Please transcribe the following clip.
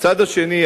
והצד השני,